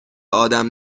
آدم